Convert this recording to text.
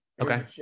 okay